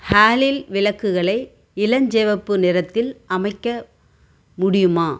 ஹாலில் விளக்குகளை இளஞ்சிவப்பு நிறத்தில் அமைக்க முடியுமா